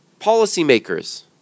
Policymakers